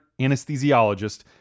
anesthesiologist